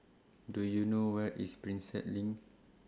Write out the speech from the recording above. Do YOU know Where IS Prinsep LINK